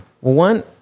One